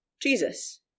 Jesus